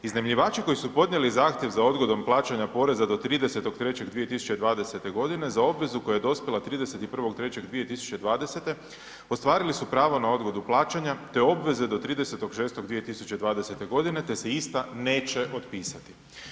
Iznajmljivači koji su podnijeli zahtjev za odgodom plaćanja poreza do 30.3.2020. g. za obvezu koja je dospjela 31.3.2020. ostvarili su pravo na odgodu plaćanja te obveze do 30.6.2020. g. te se ista neće otpisati.